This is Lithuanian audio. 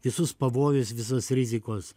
visus pavojus visus rizikos